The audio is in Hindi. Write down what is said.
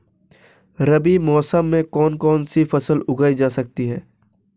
रबी मौसम में कौन कौनसी फसल उगाई जा सकती है?